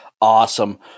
Awesome